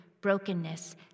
brokenness